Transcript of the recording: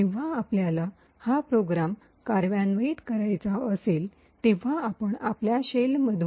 जेव्हा आपल्याला हा प्रोग्राम कार्यान्वित करायचा असेल तेव्हा आपण आपल्या शेलमधून